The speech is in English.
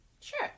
Sure